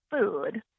food